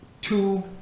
two